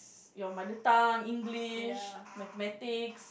your mother tongue English mathematics